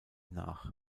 nach